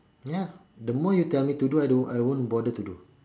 ya the more you tell me to do I don't I won't bother to do